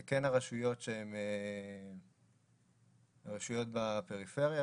וזה כן הרשויות שהן רשויות בפריפריה,